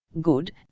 Good